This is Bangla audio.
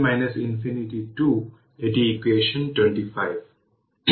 এখানে ক্যাপাসিটর এবং dc condition inductor short circuit হওয়া উচিত